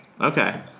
Okay